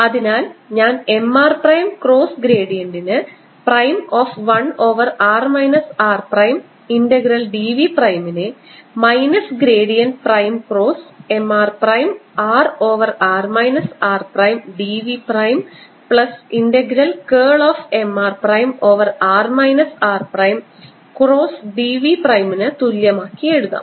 അതിനാൽ ഞാൻ M r prime cross gradient prime of 1 over r minus r prime integral d v പ്രൈമിനെ minus gradient prime cross M r prime over r minus r prime d v prime plus integral curl of M r prime over r minus r prime cross d v പ്രൈമിന് തുല്യമാക്കി എഴുതാം